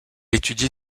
étudie